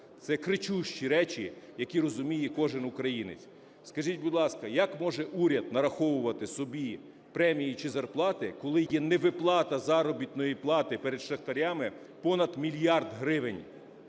Це кричущі речі, які розуміє кожен українець. Скажіть, будь ласка, як може уряд нараховувати собі премії чи зарплати, коли є невиплата заробітної плати перед шахтарями понад мільярд гривень?